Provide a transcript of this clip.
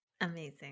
Amazing